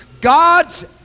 God's